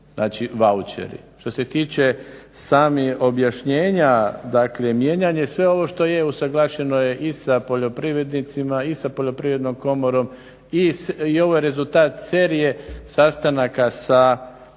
Znači, vaučeri. Što se tiče samih objašnjenja, dakle mijenjanje i sve ovo što je usuglašeno je i sa poljoprivrednicima i sa Poljoprivrednom komorom i ovo je rezultat serije sastanaka sa